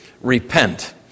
repent